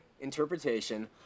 interpretation